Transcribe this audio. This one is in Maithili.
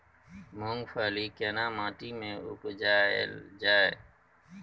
मूंगफली केना माटी में उपजायल जाय?